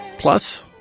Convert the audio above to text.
plus,